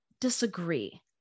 disagree